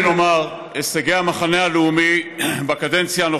ממשלה של 61 לא תאריך ימים, ולא